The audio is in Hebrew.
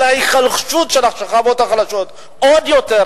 על ההיחלשות של השכבות החלשות עוד יותר,